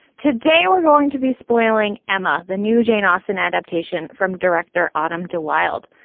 today, we're going to be spoiling emma, the new jane austen adaptation from director autumn de wilde.